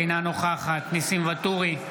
אינה נוכחת ניסים ואטורי,